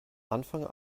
anfang